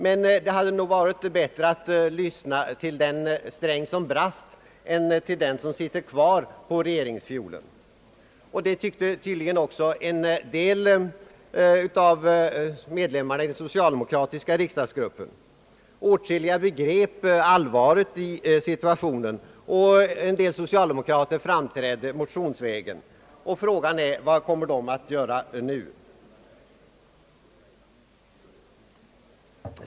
Men det hade nog varit bättre att lyssna till den »sträng» som brast än till den som sitter kvar på regeringsfiolen. Det tyckte tydligen också en del av med lemmarna i den socialdemokratiska riksdagsgruppen. Åtskilliga begrep allvaret i situationen, och somliga socialdemokrater framträdde motionsvägen. Frågan är: Vad kommer dessa att göra nu?